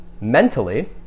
mentally